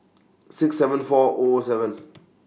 six seven four O O seven